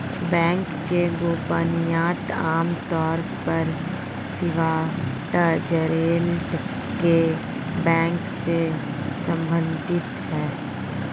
bank गोपनीयता आम तौर पर स्विटज़रलैंड के बैंक से सम्बंधित है